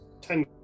ten